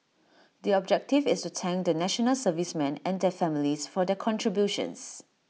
the objective is to thank the National Servicemen and their families for their contributions